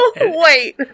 Wait